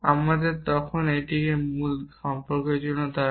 আমাদের তখন এটি মূলত সম্পর্কের জন্য দাঁড়ায়